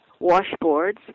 washboards